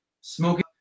smoking